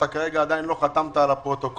שאתה כרגע עדיין לא חתמת על הפרוטוקול